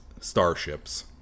starships